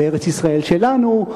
וארץ-ישראל שלנו.